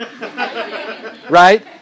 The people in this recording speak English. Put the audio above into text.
Right